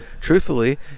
truthfully